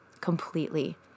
completely